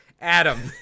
Adam